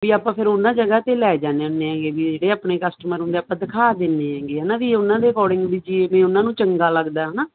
ਆਪਾਂ ਫਿਰ ਉਨਾ ਜਗ੍ਹਾ ਤੇ ਲੈ ਜਾਂਦੇ ਹੁੰਦੇ ਆਗੇ ਵੀ ਜਿਹੜੇ ਆਪਣੇ ਕਸਟਮਰ ਹੁੰਦੇ ਆਪਾਂ ਦਿਖਾ ਦਿੰਨੇ ਆਗੇ ਹਨਾ ਵੀ ਉਹਨਾਂ ਦੇ ਅਕੋਰਡਿੰਗ ਵੀ ਜਿਵੇਂ ਉਹਨਾਂ ਨੂੰ ਚੰਗਾ ਲੱਗਦਾ ਹਨਾ ਤੇ ਵੀ ਉਹ